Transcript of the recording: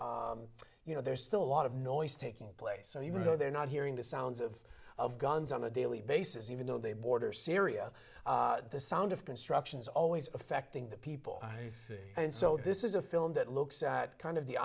much you know there's still a lot of noise taking place so even though they're not hearing the sounds of of guns on a daily basis even though they border syria the sound of construction is always affecting the people i see and so this is a film that looks at kind of the